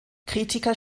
kritiker